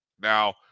Now